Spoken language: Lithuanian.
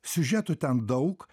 siužetų ten daug